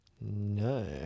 No